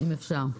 אם אפשר.